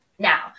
Now